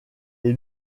est